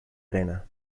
arena